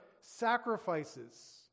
sacrifices